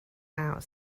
out